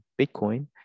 Bitcoin